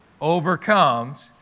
overcomes